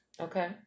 Okay